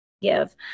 give